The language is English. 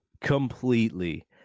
completely